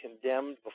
condemned